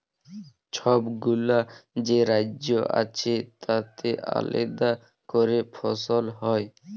ছবগুলা যে রাজ্য আছে তাতে আলেদা ক্যরে ফসল হ্যয়